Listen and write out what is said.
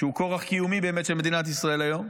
שהוא כורח קיומי באמת של מדינת ישראל היום,